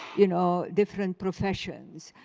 you know, different professions?